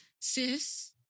Sis